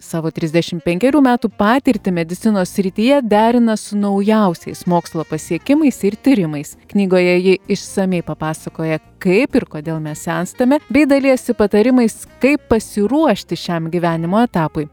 savo trisdešim penkerių metų patirtį medicinos srityje derina su naujausiais mokslo pasiekimais ir tyrimais knygoje ji išsamiai papasakoja kaip ir kodėl mes senstame bei dalijasi patarimais kaip pasiruošti šiam gyvenimo etapui